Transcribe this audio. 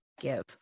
give